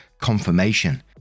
confirmation